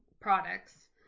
products